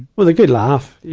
with a good laugh.